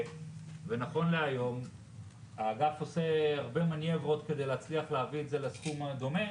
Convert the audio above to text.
נכון להיום האגף עושה הרבה מניירות כדי להצליח להביא את זה לסכום הדומה,